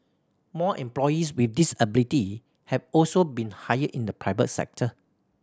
more employees with disability have also been hired in the private sector